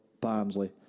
Barnsley